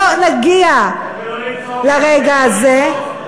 לא נגיע לרגע הזה.